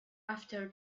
after